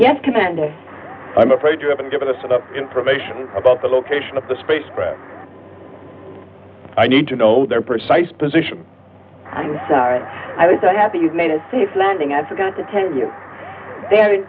and i'm afraid you haven't given us enough information about the location of the spacecraft i need to know their precise position i'm sorry i was so happy you made a safe landing i'd forgot to tell you the